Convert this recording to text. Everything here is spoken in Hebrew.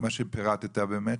מה שפירטת באמת,